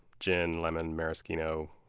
gin, lemon, maraschino,